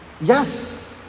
yes